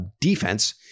Defense